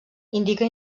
indica